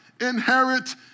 inherit